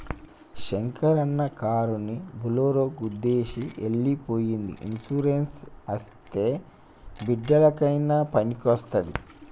శంకరన్న కారుని బోలోరో గుద్దేసి ఎల్లి పోయ్యింది ఇన్సూరెన్స్ అస్తే బిడ్డలకయినా పనికొస్తాది